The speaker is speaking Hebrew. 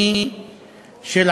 מדיניות שבה יש שתי מערכות של